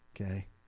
okay